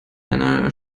einer